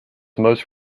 most